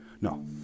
No